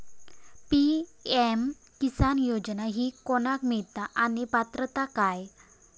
PM Kisan योजना ही कोणाक मिळता आणि पात्रता काय?